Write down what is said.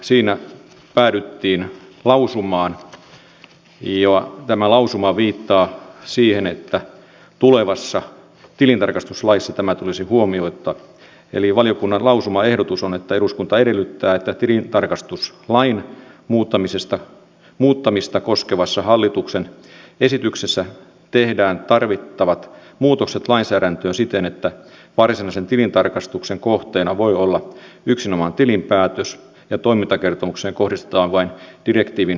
siinä päädyttiin lausumaan ja tämä lausuma viittaa siihen että tulevassa tilintarkastuslaissa tämä tulisi huomioida eli valiokunnan lausumaehdotus on että eduskunta edellyttää että tilintarkastuslain muuttamista koskevassa hallituksen esityksessä tehdään tarvittavat muutokset lainsäädäntöön siten että varsinaisen tilintarkastuksen kohteena voi olla yksinomaan tilinpäätös ja toimintakertomukseen kohdistetaan vain direktiivien edellyttämät toimet